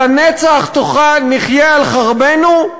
הלנצח נחיה על חרבנו?